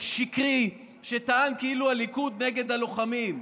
שקרי, שטען כאילו הליכוד נגד הלוחמים.